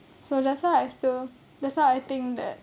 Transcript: so that's why I still that's why I think that